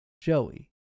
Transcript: Joey